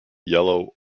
yellow